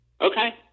Okay